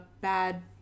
bad